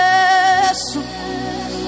Jesus